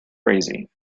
crazy